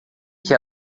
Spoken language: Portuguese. que